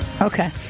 Okay